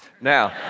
Now